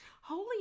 Holy